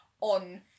on